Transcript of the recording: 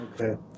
Okay